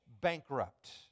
bankrupt